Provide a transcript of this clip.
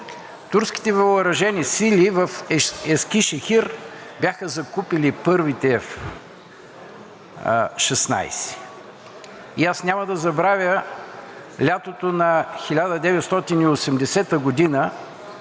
Турските въоръжени сили в Ескишехир бяха закупили първите F-16. Няма да забравя лятото на 1980 г.,